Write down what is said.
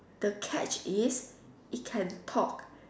the catch is it can talk